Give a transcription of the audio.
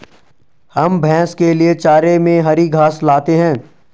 हम भैंस के लिए चारे में हरी घास लाते हैं